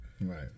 Right